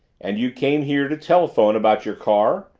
and you came here to telephone about your car?